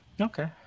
okay